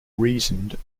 reasoned